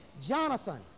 Jonathan